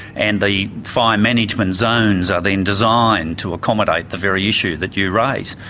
and the fire management zones are then designed to accommodate the very issue that you raise.